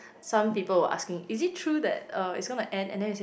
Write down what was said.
some people were asking is it true that uh it's going to end and then they say